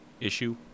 issue